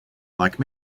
like